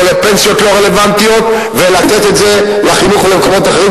או לפנסיות לא רלוונטיות ולתת את זה לחינוך ולמקומות אחרים